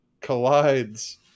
collides